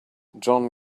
john